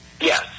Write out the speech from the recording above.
Yes